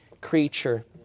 creature